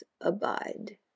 abide